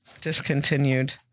discontinued